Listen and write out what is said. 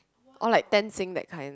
or like ten Sing that kind